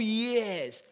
years